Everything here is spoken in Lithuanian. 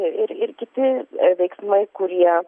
ir ir ir kiti veiksmai kurie